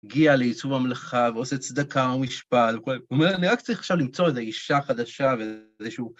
הגיע לעיצוב המלאכה ועושה צדקה ומשפעה וכל... הוא אומר, אני רק צריך עכשיו למצוא איזו אישה חדשה ואיזשהו...